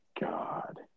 God